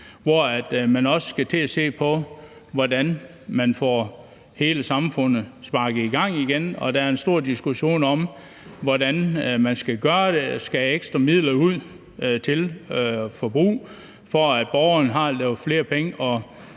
og man skal til at se på, hvordan man får hele samfundet sparket i gang igen. Der er en stor diskussion om, hvordan man skal gøre det, og om man skal have ekstra midler ud til forbrug, så borgeren har lidt flere penge